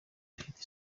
ifite